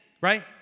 right